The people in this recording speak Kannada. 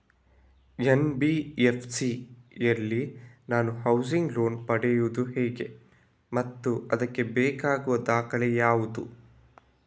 ಎನ್.ಬಿ.ಎಫ್.ಸಿ ಯಲ್ಲಿ ನಾನು ಹೌಸಿಂಗ್ ಲೋನ್ ಪಡೆಯುದು ಹೇಗೆ ಮತ್ತು ಅದಕ್ಕೆ ಬೇಕಾಗುವ ದಾಖಲೆ ಯಾವುದು?